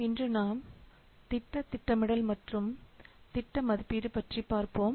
இன்று நாம் திட்ட திட்டமிடல் மற்றும் திட்ட மதிப்பீடு பற்றி பார்ப்போம்